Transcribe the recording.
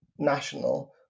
National